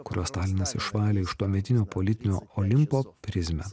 kuriuos stalinas išvalė iš tuometinio politinio olimpo prizmę